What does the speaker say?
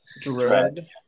Dread